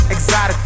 Exotic